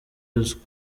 ruswa